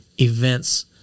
events